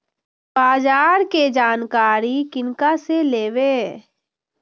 बाजार कै जानकारी किनका से लेवे?